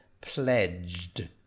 pledged